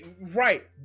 right